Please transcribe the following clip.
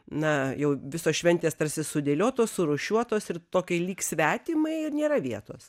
na jau visos šventės tarsi sudėliotos surūšiuotos ir tokiai lyg svetimai ir nėra vietos